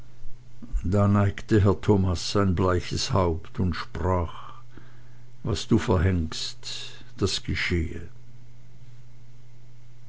da neigte herr thomas sein bleiches haupt und sprach was du verhängst das geschehe